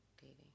dating